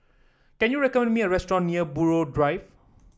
can you recommend me a restaurant near Buroh Drive